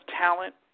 talent